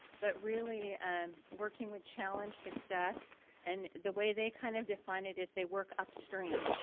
but really working with challenge success and the way they kind of define it is they work upstream.